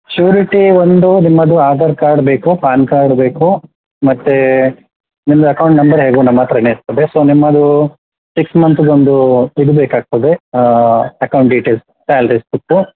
surety ಒಂದು ನಿಮ್ಮದು Aadhaar card ಬೇಕು ಪಾನ್ ಕಾರ್ಡ್ ಬೇಕು ಮತ್ತು ನಿಮ್ಮದು ಎಕೌಂಟ್ ನಂಬರ್ ಹೇಗೂ ನಮ್ಮ ಹತ್ತಿರನೇ ಇರ್ತದೆ ಸೊ ನಿಮ್ಮದು ಸಿಕ್ಸ್ ಮಂತದ್ದು ಒಂದು ಇದು ಬೇಕಾಗ್ತದೆ ಅಕೌಂಟ್ ಡಿಟೇಲ್ಸ್ ಸ್ಯಾಲ್ರಿ ಸ್ಲಿಪ್ಪು